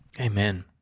Amen